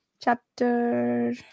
chapter